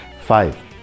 five